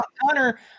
Connor